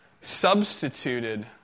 substituted